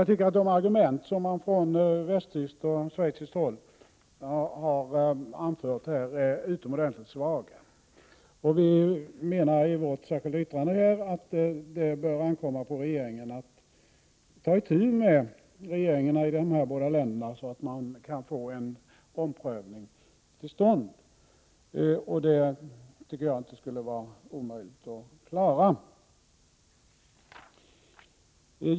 Jag tycker att de argument man från västtyskt och schweiziskt håll har anfört är utomordentligt svaga. Vi menar i vårt särskilda yttrande att det bör ankomma på regeringen att ta itu med regeringarna i dessa båda länder, så att en omprövning kan komma till stånd. Det tycker jag inte skulle vara omöjligt att klara.